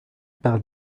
par